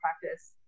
practice